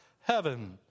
heaven